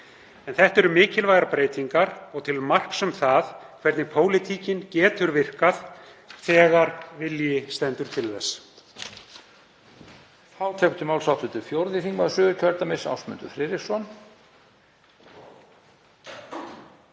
Þetta eru mikilvægar breytingar og til marks um það hvernig pólitíkin getur virkað þegar vilji stendur til þess.